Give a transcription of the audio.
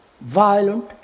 violent